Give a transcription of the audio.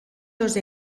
dos